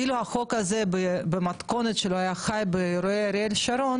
אילו החוק הזה במתכונת שלו היה חי באירועי אריאל שרון